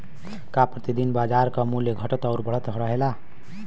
का प्रति दिन बाजार क मूल्य घटत और बढ़त रहेला?